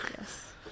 Yes